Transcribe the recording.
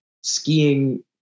skiing